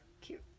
cute